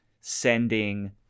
sending